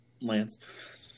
Lance